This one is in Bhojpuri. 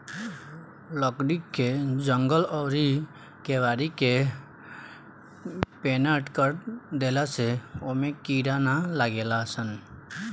लकड़ी के जंगला अउरी केवाड़ी के पेंनट कर देला से ओमे कीड़ा ना लागेलसन